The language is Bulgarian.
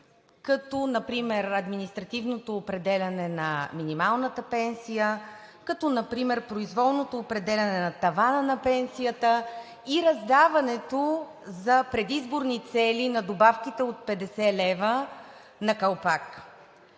като например административното определяне на минималната пенсия, като произволното определяне на тавана на пенсията и раздаването за предизборни цели на добавките от 50 лв. на калпак.